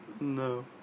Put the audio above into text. No